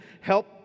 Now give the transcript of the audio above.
help